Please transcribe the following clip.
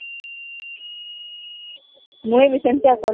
ସେମିତି କରବି